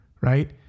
right